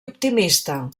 optimista